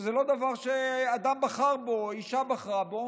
שזה לא דבר שאדם בחר בו או אישה בחרה בו.